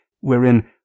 wherein